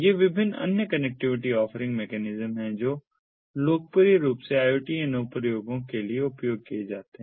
ये विभिन्न अन्य कनेक्टिविटी ऑफरिंग मैकेनिज्म हैं जो लोकप्रिय रूप से IoT अनुप्रयोगों के लिए उपयोग किए जाते हैं